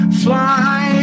fly